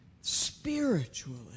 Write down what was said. spiritually